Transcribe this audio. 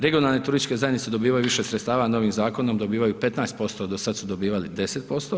Regionalne turističke zajednice dobivaju više sredstava novim zakonom dobivaju 15% do sad su dobivali 10%